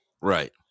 right